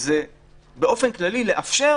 זה באופן כללי לאפשר